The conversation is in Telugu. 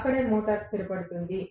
అక్కడే మోటారు స్థిరపడుతుంది